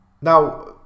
Now